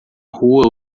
rua